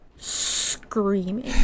Screaming